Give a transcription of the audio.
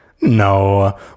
no